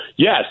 Yes